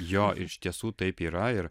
jo iš tiesų taip yra ir